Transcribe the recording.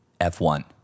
F1